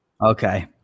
Okay